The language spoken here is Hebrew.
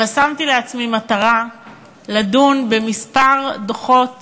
אבל שמתי לעצמי מטרה לדון בכמה דוחות